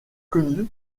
connue